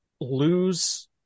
lose